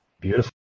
Beautiful